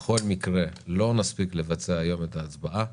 בכל מקרה לא נספיק לבצע היום את ההצבעה.